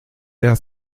der